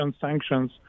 sanctions